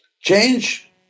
Change